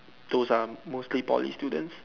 those are mostly Poly students